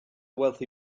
wealthy